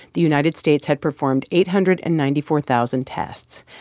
the united states had performed eight hundred and ninety four thousand tests.